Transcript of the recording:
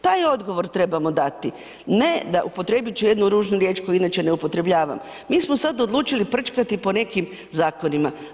Taj odgovor trebamo dati, ne, upotrijebit ću jednu ružnu riječ koju inače ne upotrebljavam, mi smo sad odlučili prčkati po nekim zakonima.